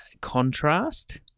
Contrast